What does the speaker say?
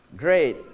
Great